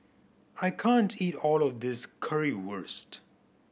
I can't eat all of this Currywurst